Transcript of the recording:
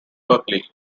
berkeley